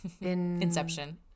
Inception